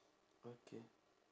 okay